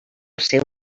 seu